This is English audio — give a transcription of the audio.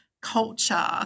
culture